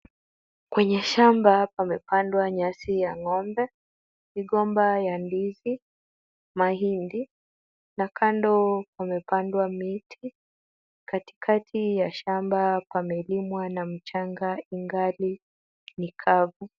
Kwenye shamba pamepandwa nyasi ya ng'ombe, migomba ya ndizi, mahindi na kando pamepandwa miti. Katikati ya shamba pamelimwa na mchanga ingali ni kavu.